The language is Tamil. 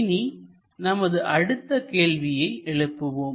இனி நமது அடுத்த கேள்வியை எழுப்புவோம்